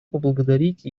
поблагодарить